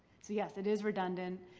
so yes, it is redundant.